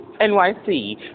NYC